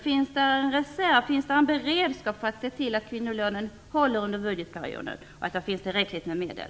Finns det en reserv, en beredskap för att se till att kvinnolönen håller under budgetperioden, och finns det tillräckligt med medel?